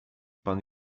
pan